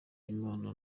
imana